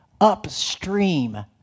upstream